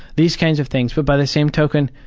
these kinds of things. but by the same token,